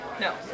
No